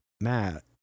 Matt